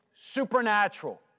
supernatural